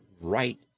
right